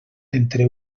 entre